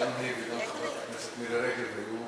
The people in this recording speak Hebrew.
שגם היא וגם חברת הכנסת מירי רגב היו